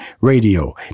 radio